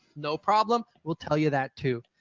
no problem, we'll tell you that too.